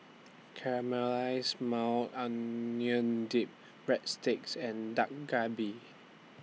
Caramelized Maui Onion Dip Breadsticks and Dak Galbi